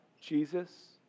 Jesus